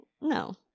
no